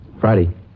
Friday